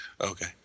Okay